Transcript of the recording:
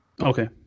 Okay